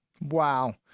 Wow